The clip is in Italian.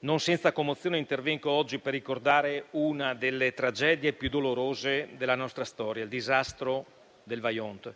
non senza commozione intervengo oggi per ricordare una delle tragedie più dolorose della nostra storia, il disastro del Vajont.